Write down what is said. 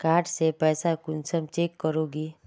Card से पैसा कुंसम चेक करोगी?